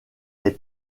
les